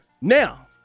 Now